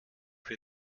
für